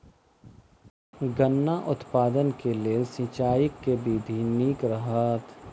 गन्ना उत्पादन केँ लेल सिंचाईक केँ विधि नीक रहत?